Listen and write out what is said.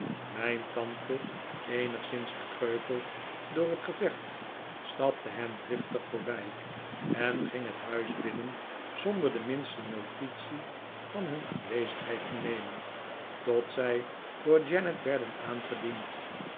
mijn tante eenigszins gekreukeld door het gevecht stapte hen driftig voorbij en ging het huis binnen zonder de minste notitie van hun aanwezigheid te nemen tot zij door janet werden aangediend